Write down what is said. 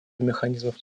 механизмов